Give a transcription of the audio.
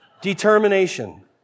determination